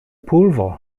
pulvo